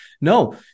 No